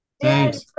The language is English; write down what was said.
Thanks